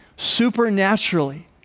Supernaturally